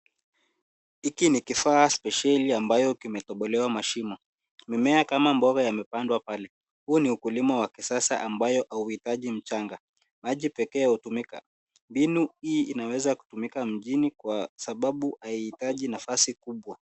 Hiki ni kifaa spesheni ambayo kimetobolewa mashimo. Mimea kama mboga yamepandwa pale. Huu ni ukulima wa kisasa, ambayo hauhitaji mchanga, maji pekee hutumika. Mbinu hii inaweza tumika mjini kwa sababu haihitaji nafasi kubwa.